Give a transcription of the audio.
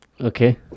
Okay